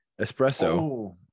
espresso